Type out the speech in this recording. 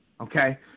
Okay